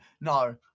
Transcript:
No